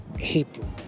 April